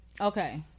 Okay